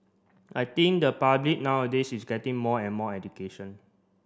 I think the public nowadays is getting more and more education